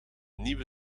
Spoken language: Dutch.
nieuwe